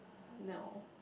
no